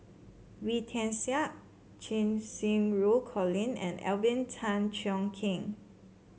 Wee Tian Siak Cheng Xinru Colin and Alvin Tan Cheong Kheng